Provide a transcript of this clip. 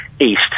east